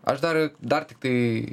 aš dar ir dar tiktai